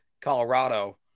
Colorado